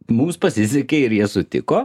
mums pasisekė ir jie sutiko